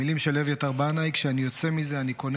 המילים של אביתר בנאי: "כשאני יוצא מזה אני קונה